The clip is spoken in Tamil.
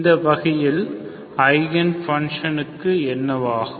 இந்த வகையில் ஐகன் ஃபங்ஷனுக்கு என்னவாகும்